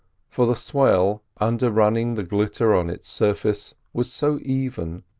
for the swell under-running the glitter on its surface was so even,